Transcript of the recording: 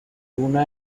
tuna